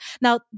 now